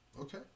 Okay